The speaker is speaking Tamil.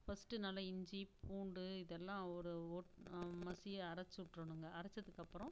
ஃபஸ்டு நல்லா இஞ்சி பூண்டு இதெல்லாம் ஒரு ஒ மசிய அரைச்சுட்றணுங்க அரைச்சத்துக்கு அப்புறம்